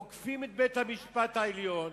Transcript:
עוקפים את בית-המשפט העליון